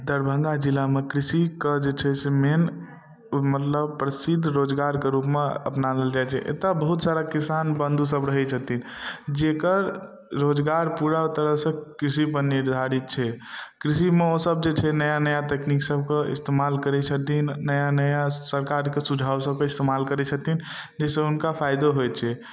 दरभंगा जिलामे कृषिके जे छै से मेन मतलब प्रसिद्ध रोजगारके रूपमे अपना लेल जाइ छै एतऽ बहुत सारा किसान बन्धु सब रहै छथिन जेकर रोजगार पूरा तरह सऽ कृषि पर निर्धारित छै कृषिमे ओ सब जे छै नया नया तकनीक सबके इस्तेमाल करै छथिन नया नया सरकारके सुझाब सबके इस्तेमाल करै छथिन जाहि सऽ हुनका फायदो होइ छै